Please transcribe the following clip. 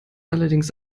allerdings